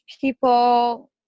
people